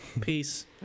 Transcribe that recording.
Peace